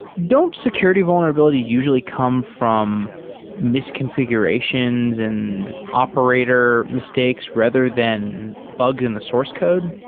don't security vulnerability usually come from misconfi gurations and operator mistakes rather than bugs in the source code?